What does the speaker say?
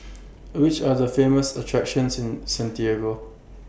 Which Are The Famous attractions in Santiago